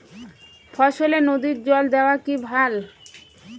ফসলে নদীর জল দেওয়া কি ভাল?